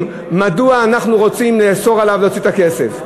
מדוע אנחנו רוצים לאסור עליו להוציא את הכסף.